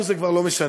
לנו זה כבר לא משנה.